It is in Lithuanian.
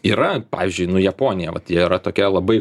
yra pavyzdžiui nu japonija vat jie yra tokia labai